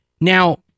Now